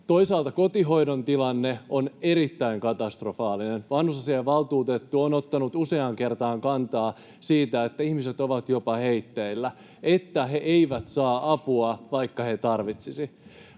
Toisaalta kotihoidon tilanne on erittäin katastrofaalinen. Vanhusasiainvaltuutettu on ottanut useaan kertaan kantaa, että ihmiset ovat jopa heitteillä, että he eivät saa apua, vaikka he tarvitsisivat.